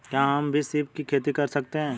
क्या हम भी सीप की खेती कर सकते हैं?